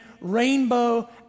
rainbow